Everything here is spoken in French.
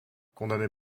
condamné